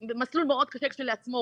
זה מסלול מאוד קשה כשלעצמו